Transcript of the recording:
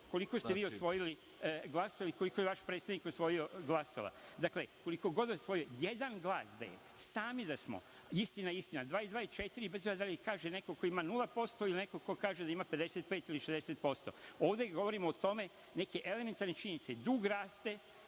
koliko ste vi osvojili glasova i koliko je vaš predsednik osvojio glasova. Koliko god da je osvojio, jedan glas da je, sami da smo, istina je istina, dva i dva je četiri, bez obzira da li kaže neko ko ima 0% ili neko ko kaže da ima 55 ili 60%.Ovde govorimo o tome, neke elementarne činjenice, dug raste,